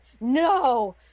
no